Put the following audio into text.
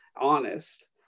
honest